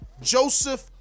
Joseph